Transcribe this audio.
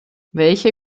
welche